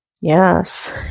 Yes